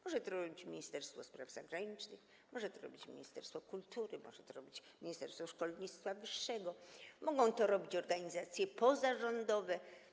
Może to robić Ministerstwo Spraw Zagranicznych, może to robić ministerstwo kultury, może to robić ministerstwo szkolnictwa wyższego, mogą to robić organizacje pozarządowe.